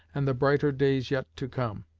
and the brighter days yet to come.